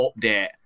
update